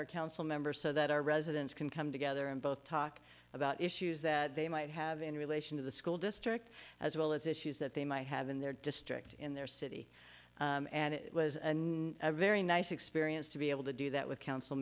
our council members so that our residents can come together and both talk about issues that they might have in relation to the school district as well as issues that they might have in their district in their city and it was a very nice experience to be able to do that with council